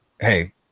hey